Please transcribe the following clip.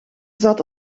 zat